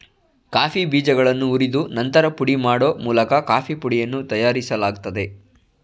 coffee ಬೀಜಗಳನ್ನು ಹುರಿದು ನಂತರ ಪುಡಿ ಮಾಡೋ ಮೂಲಕ ಕಾಫೀ ಪುಡಿಯನ್ನು ತಯಾರಿಸಲಾಗ್ತದೆ